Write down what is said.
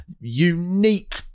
unique